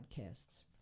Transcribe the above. podcasts